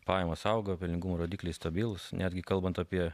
pajamos augo pelningumo rodikliai stabilūs netgi kalbant apie